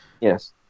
Yes